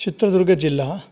चित्रदुर्गजिल्ला